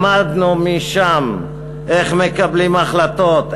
למדנו שם איך מקבלים החלטות,